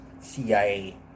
CIA